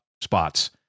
spots